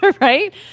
right